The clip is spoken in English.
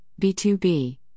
B2B